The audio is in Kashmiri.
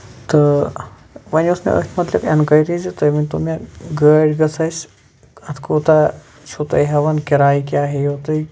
تہٕ وَن ٲسۍ مےٚ أتھۍ مُتعلِق ایٚنکویٚری زِ تُہۍ ؤنتو مےٚ زِ گٲڑ گژھ اَسہِ اَتھ کوٗتاہ چھُو تُہۍ ہیوان کِراے کیاہ ہییو تُہۍ